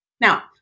Now